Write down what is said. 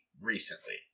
recently